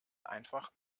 einfach